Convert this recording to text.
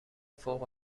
فوق